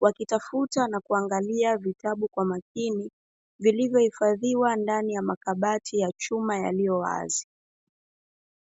wakitafuta na kuangalia vitabu kwa makini vilivyohifadhiwa ndani ya makabati ya chuma yaliyowazi.